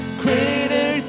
greater